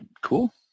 Cool